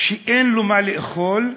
כשאין לו מה לאכול,